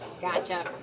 Gotcha